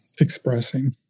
expressing